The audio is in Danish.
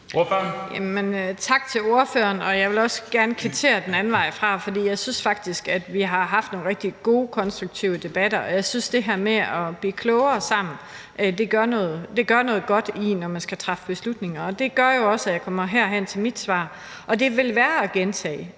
Tak til ordføreren. Jeg vil også gerne kvittere den anden vej, for jeg synes faktisk, vi har haft nogle rigtig gode, konstruktive debatter, og jeg synes, det her med at blive klogere sammen gør noget godt, når man skal træffe beslutninger. Det gør jo også, at jeg kommer herhen til mit svar, og det vil være at gentage.